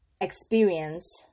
experience